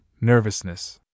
nervousness